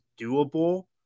doable